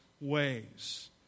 ways